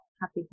Happy